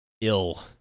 ill